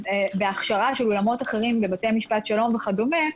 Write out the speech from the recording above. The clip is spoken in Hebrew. בהכשרה של אולמות אחרים בבתי משפט שלום וכדומה,